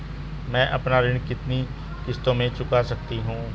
मैं अपना ऋण कितनी किश्तों में चुका सकती हूँ?